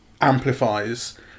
amplifies